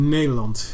Nederland